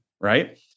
right